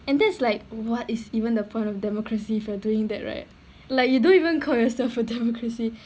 and that's like what is even the point of democracy for doing that right like you don't even call yourself for democracy